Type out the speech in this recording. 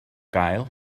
gael